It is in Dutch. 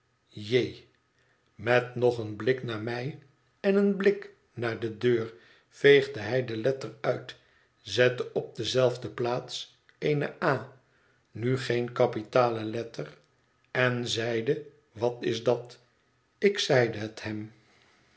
met nog een blik naar mij en een blik naar de deur veegde hij de letter uit zette op dezelfde plaats eene a nu geene kapitale letter en zeide wat is dat ik zeide het hem